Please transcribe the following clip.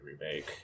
Remake